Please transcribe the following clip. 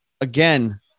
Again